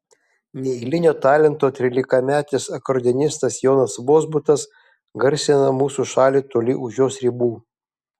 neeilinio talento trylikametis akordeonistas jonas vozbutas garsina mūsų šalį toli už jos ribų